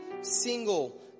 single